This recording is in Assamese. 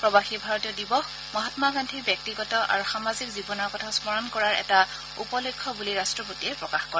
প্ৰবাসী ভাৰতীয় দিৱস মহাম্মা গান্ধীৰ ব্যক্তিগত আৰু সামাজিক জীৱনৰ কথা স্মৰণ কৰাৰ এটা উপলক্ষ্য বুলি ৰাট্টপতিয়ে প্ৰকাশ কৰে